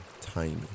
tiny